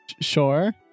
Sure